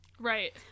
Right